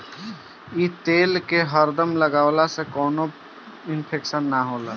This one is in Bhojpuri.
इ तेल के हरदम लगवला से कवनो इन्फेक्शन ना होला